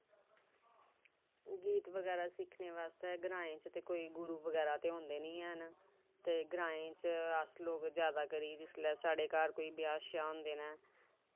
गीत बगैरा सिक्खनै बास्तै ग्रांऐं च कोई गुरू बगैरा ते होंदे निं हैन ते ग्रांऐं च अस लोग जादै करी जिसलै कोई साढ़े घर ब्याह् होंदे न